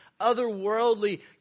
otherworldly